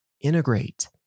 integrate